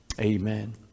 Amen